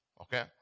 Okay